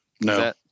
No